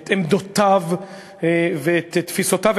את עמדותיו ואת תפיסותיו,